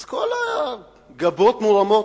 אז כל הגבות מורמות,